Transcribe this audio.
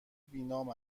بینام